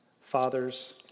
Fathers